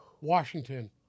Washington